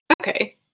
Okay